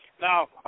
Now